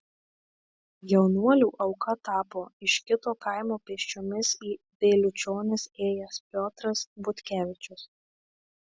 jaunuolių auka tapo iš kito kaimo pėsčiomis į vėliučionis ėjęs piotras butkevičius